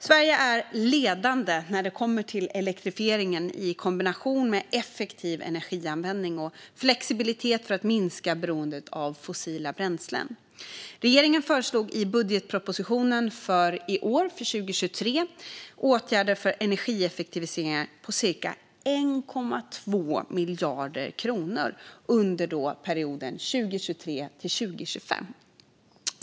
Sverige är ledande när det kommer till elektrifiering i kombination med effektiv energianvändning och flexibilitet för att minska beroendet av fossila bränslen. Regeringen föreslog i budgetpropositionen för 2023 åtgärder för energieffektivisering på cirka 1,2 miljarder kronor under perioden 2023-2025.